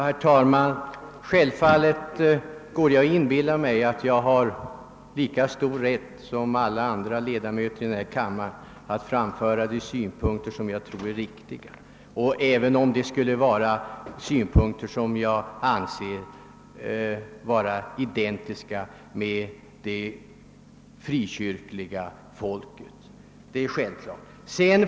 Herr talman! Självfallet inbillar jag mig att jag har lika stor rätt som alla andra ledamöter av denna kammare att framföra mina synpunkter på de frågor vi behandlar, inte minst om dessa skulle, såsom jag anser, vara identiska med frikyrkofolkets.